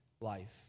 life